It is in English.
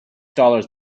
dollars